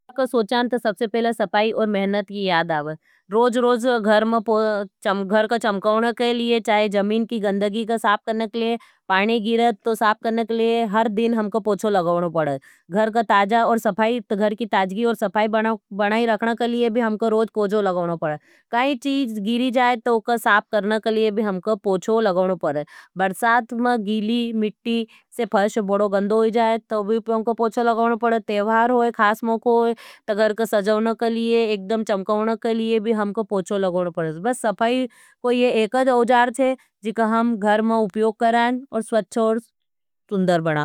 अपका सोचान तो सबसे पहले सफाई और मेहनत की याद आवज। रोज-रोज घर का चमकाउन के लिए, चाहे जमीन की गंदगी का साफ करने के लिए, पाणी गिरत तो साफ करने के लिए, हर दिन हमका पोछो लगाउने पड़े। घर को ताजा घर की सफाई रखने के लिए भी हमका पोंछा लगाउने पड़े। बरसात में गीली मिट्टी से फर्श बोड़ो गंदो ही जाये, तो भी हमका पोछो लगवन पड़े। तेवहार होई, खास मोको होई, तो घर का सजवन के लिए, एकदम चमकाउन के लिए भी हमका पोछो लगवन पड़े। बस सफाई को ये एक ऐसा आउजार छे, जिका हम घर में उप्योग कराएं, और स्वच्छ और सुन्।